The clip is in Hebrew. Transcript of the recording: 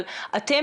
אבל אתם,